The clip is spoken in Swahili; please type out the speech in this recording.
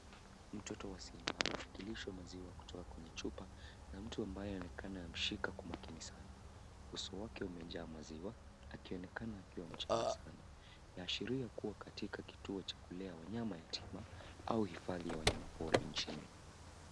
Mtoto wa simba anakunywishwa maziwa kutoka kwenye chupa na mtu ambaye anaonekana kumshika kwa makini sana. Uso wake umejaa maziwa akionekana akiwa mchanga sana, inaashiria kuwa katika kituo cha kulea wanyama yatima au hifadhi ya wanyamapori nchini.